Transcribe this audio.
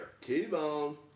T-bone